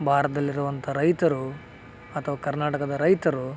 ಭಾರತದಲ್ಲಿರುವಂತ ರೈತರು ಅಥವಾ ಕರ್ನಾಟಕದ ರೈತರು